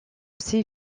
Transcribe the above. ses